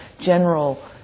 general